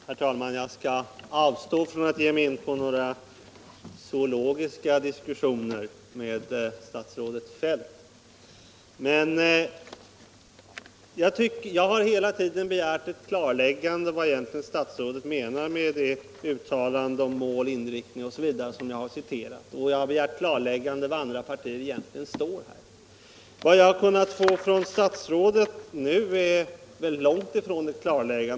Herr talman! Jag skall avstå från att ge mig in på några zoologiska diskussioner med statsrådet Feldt. Jag har hela tiden begärt ett klarläggande av vad statsrådet egentligen menar med det uttalande om mål, inriktning osv. som jag har citerat. Jag har begärt klarläggande av var andra partier egentligen står i den här frågan. Vad jag har kunnat få från statsrådet nu är långt ifrån ett klarläggande.